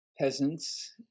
peasants